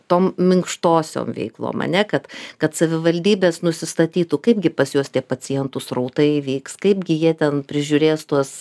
tom minkštosiom veiklom ane kad kad savivaldybės nusistatytų kaipgi pas juos tie pacientų srautai vyks kaipgi jie ten prižiūrės tuos